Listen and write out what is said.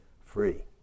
free